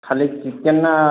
ଖାଲି ଚିକେନ ନା